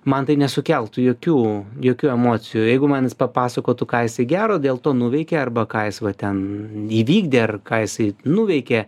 man tai nesukeltų jokių jokių emocijų jeigu man jis papasakotų ką jisai gero dėl to nuveikė arba ką jis va ten įvykdė ar ką jisai nuveikė